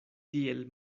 tiel